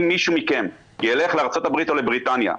משיהו מכם ישתמש במילים האלה בארצות הברית או בריטניה,